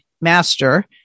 master